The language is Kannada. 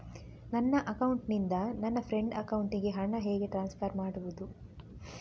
ನನ್ನ ಅಕೌಂಟಿನಿಂದ ನನ್ನ ಫ್ರೆಂಡ್ ಅಕೌಂಟಿಗೆ ಹಣ ಹೇಗೆ ಟ್ರಾನ್ಸ್ಫರ್ ಮಾಡುವುದು?